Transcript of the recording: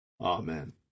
Amen